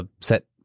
set